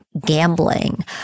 gambling